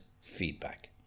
feedback